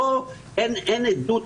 ואין עדות